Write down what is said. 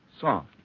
Soft